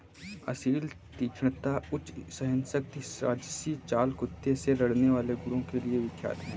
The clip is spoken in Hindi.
असील तीक्ष्णता, उच्च सहनशक्ति राजसी चाल कुत्ते से लड़ने वाले गुणों के लिए विख्यात है